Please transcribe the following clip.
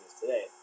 today